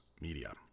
media